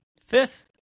Fifth